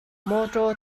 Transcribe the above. mawtaw